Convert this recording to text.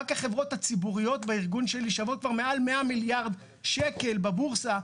רק החברות הציבוריות בארגון שלי שוות כבר מעל 100 מיליארד שקל בבורסה,